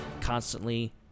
constantly